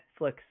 Netflix